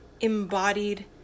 embodied